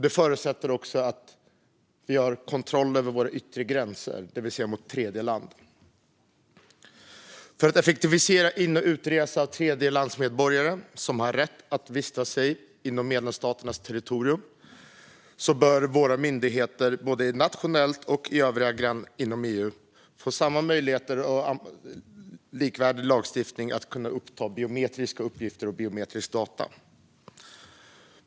Det förutsätter också att vi gör kontroller vid våra yttre gränser, det vill säga mot tredjeland. För att effektivisera in och utresa för tredjelandsmedborgare som har rätt att vistas på medlemsstaternas territorium bör våra myndigheter, både nationellt och inom EU, genom likvärdig lagstiftning få samma möjligheter att uppta biometriska uppgifter och data.